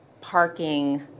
parking